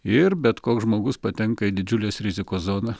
ir bet koks žmogus patenka į didžiulės rizikos zoną